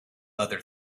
other